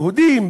יהודים,